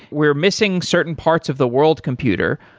we are missing certain parts of the world computer,